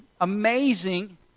amazing